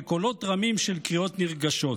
לקולות רמים של קריאות נרגשות.